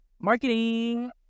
marketing